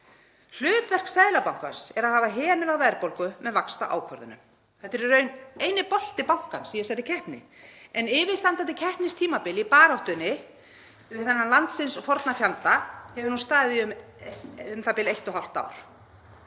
Hlutverk Seðlabankans er að hafa hemil á verðbólgu með vaxtaákvörðunum. Þetta er í raun eini bolti bankans í þessari keppni en yfirstandandi keppnistímabil í baráttunni við þennan landsins forna fjanda hefur nú staðið í u.þ.b.